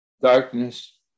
darkness